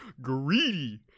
Greedy